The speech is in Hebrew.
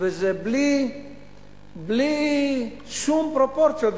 בלי שום פרופורציות.